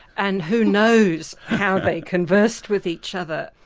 and who knows how they conversed with each other.